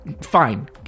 Fine